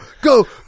go